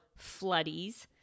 floodies